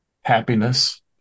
happiness